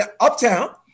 uptown